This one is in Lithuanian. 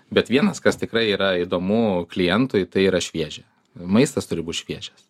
bet vienas kas tikrai yra įdomu klientui tai yra šviežia maistas turi būt šviežias